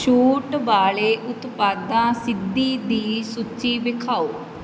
ਛੋਟ ਵਾਲੇ ਉਤਪਾਦਾਂ ਸਿੱਧੀ ਦੀ ਸੂਚੀ ਵਿਖਾਉ